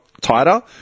tighter